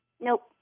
nope